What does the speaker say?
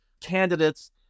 candidates